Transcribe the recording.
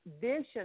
vision